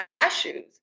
cashews